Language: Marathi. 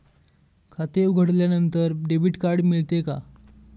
खाते उघडल्यानंतर डेबिट कार्ड मिळते का?